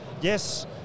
yes